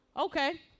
Okay